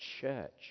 church